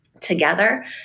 together